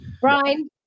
Brian